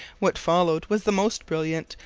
what followed was the most brilliant,